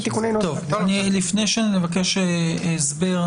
לפני שאני אבקש הסבר,